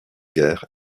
guerre